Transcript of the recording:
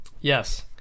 Yes